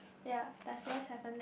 ya does yours have a net